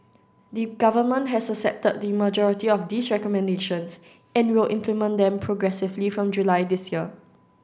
the Government has accepted the majority of these recommendations and will implement them progressively from July this year